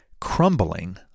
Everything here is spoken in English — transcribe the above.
crumbling